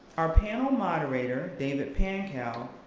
our panel moderator, david pankow,